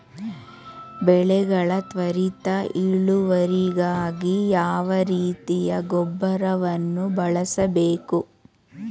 ಬೆಳೆಗಳ ತ್ವರಿತ ಇಳುವರಿಗಾಗಿ ಯಾವ ರೀತಿಯ ಗೊಬ್ಬರವನ್ನು ಬಳಸಬೇಕು?